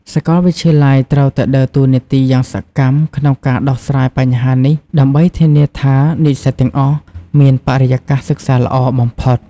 សាកលវិទ្យាល័យត្រូវតែដើរតួនាទីយ៉ាងសកម្មក្នុងការដោះស្រាយបញ្ហានេះដើម្បីធានាថានិស្សិតទាំងអស់មានបរិយាកាសសិក្សាល្អបំផុត។